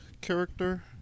character